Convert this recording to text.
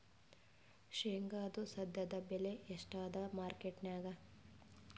ಶೇಂಗಾದು ಸದ್ಯದಬೆಲೆ ಎಷ್ಟಾದಾ ಮಾರಕೆಟನ್ಯಾಗ?